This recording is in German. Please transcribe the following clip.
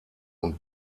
und